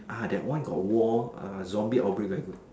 ah that one that one got war ah zombie outbreak very good